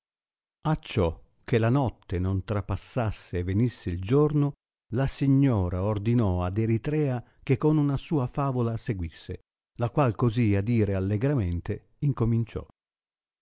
ed acciò che la notte non trapassasse e venisse il giorno la signora ordinò ad eritrea che con una sua favola seguisse la qual così a dire allegramente incominciò